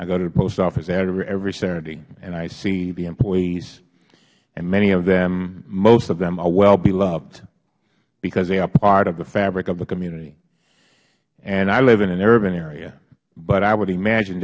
i go to the post office every saturday and i see the employees and many of them most of them are well beloved because they are part of the fabric of the community and i live in an urban area but i would imagine